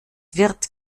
wird